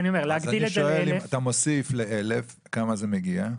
אם אתה מוסיף ל-1,000, כמה זה מגיע?